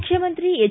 ಮುಖ್ಯಮಂತ್ರಿ ಎಚ್